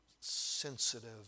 sensitive